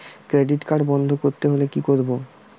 Credit card বন্ধ করতে হলে কি করব?